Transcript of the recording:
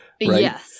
Yes